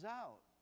out